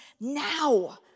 now